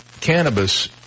cannabis